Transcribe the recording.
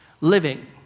living